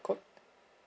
code